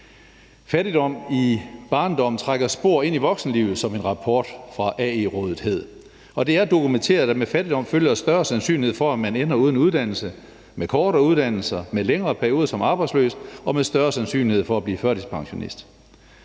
Fattigdom i barndommen trækker spor ind i voksenlivet, som en rapport fra AE-rådet hed, og det er dokumenteret, at med fattigdom følger større sandsynlighed for, at man ender uden uddannelse, med kortere uddannelse, med længere perioder som arbejdsløs og med større sandsynlighed for at blive førtidspensionist.